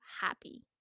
happy